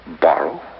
Borrow